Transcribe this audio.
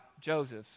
Joseph